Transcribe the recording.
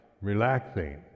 relaxing